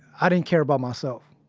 i didn't care about myself.